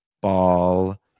ball